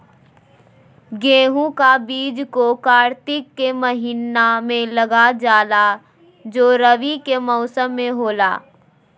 गेहूं का बीज को कार्तिक के महीना में लगा जाला जो रवि के मौसम में होला